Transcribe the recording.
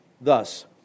thus